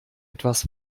etwas